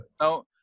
Now